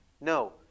No